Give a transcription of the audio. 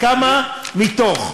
כמה מתוך,